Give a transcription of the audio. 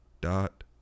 dot